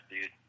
dude